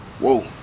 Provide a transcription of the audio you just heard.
whoa